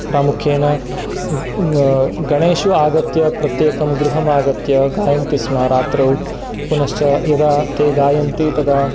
प्रामुख्येन गणेषु आगत्य प्रत्येकं गृहमागत्य गायन्ति स्म रात्रौ पुनश्च यदा ते गायन्ति तदा